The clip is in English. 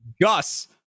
Gus